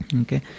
Okay